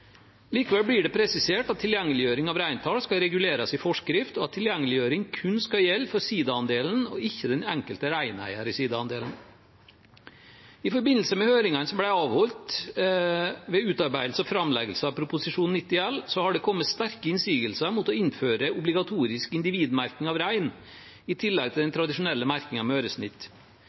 Likevel blir det presisert at tilgjengeliggjøring av reintall skal reguleres i forskrift, og at tilgjengeliggjøring kun skal gjelde for siidaandelen og ikke den enkelte reineier i siidaandelen. I forbindelse med høringene som ble avholdt ved utarbeidelse og framleggelse av Prop. 90 L, har det kommet sterke innsigelser mot å innføre obligatorisk individmerking av rein i tillegg til den tradisjonelle merkingen med